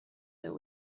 that